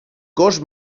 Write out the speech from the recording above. cos